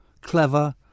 Clever